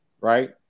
Right